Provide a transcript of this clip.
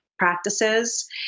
practices